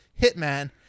hitman